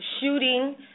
shooting